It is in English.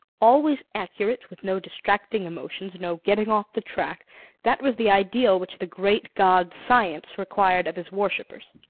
always accurate, with no distracting emotions, no getting off the track that was the ideal which the great god science required of his worshippers.